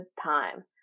time